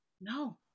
No